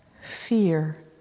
fear